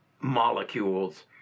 molecules